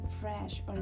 fresh